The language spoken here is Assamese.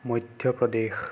মধ্য প্ৰদেশ